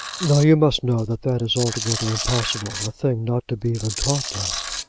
now you must know that that is altogether impossible a thing not to be even talked of.